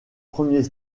premiers